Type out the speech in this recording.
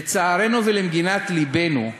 לצערנו ולמגינת לבנו,